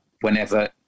whenever